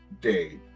day